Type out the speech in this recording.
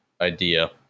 idea